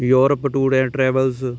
Europe tour and travels